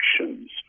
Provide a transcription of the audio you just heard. actions